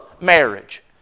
marriage